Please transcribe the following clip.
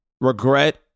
regret